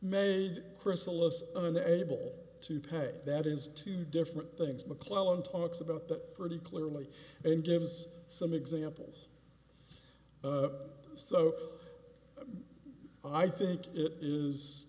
made chrysalis of the able to pay that is two different things mcclellan talks about that pretty clearly and gives some examples so i think it is